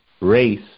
race